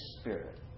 Spirit